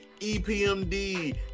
EPMD